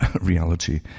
reality